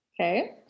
Okay